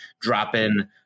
dropping